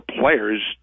players